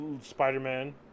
spider-man